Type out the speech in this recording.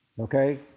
Okay